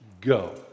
go